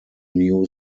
new